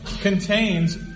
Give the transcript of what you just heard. contains